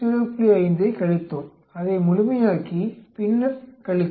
5 ஐக் கழித்தோம் அதை முழுமையாக்கி பின்னர் கழித்தோம்